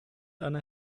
einer